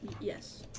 Yes